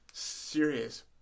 serious